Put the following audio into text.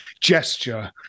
gesture